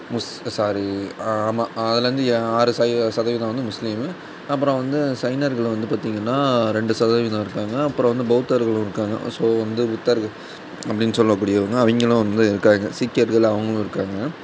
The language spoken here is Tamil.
முஸ் சாரி ஆமாம் அதுலேருந்து எ ஆறு சத சதவீதம் வந்து முஸ்லீம் அப்புறம் வந்து சைனர்கள் வந்து பார்த்தீங்கன்னா ரெண்டு சதவீதம் இருக்காங்க அப்புறம் வந்து பௌத்தர்களும் இருக்காங்க ஸோ வந்து புத்தர்கள் அப்படின்னு சொல்லக்கூடியவங்கள் அவங்களும் வந்து இருக்காங்க சீக்கியர்கள் அவங்களும் இருக்காங்க